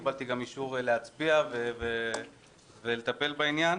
קיבלתי גם אישור להצביע ולטפל בעניין.